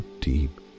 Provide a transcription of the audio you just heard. deep